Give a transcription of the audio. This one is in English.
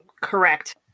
correct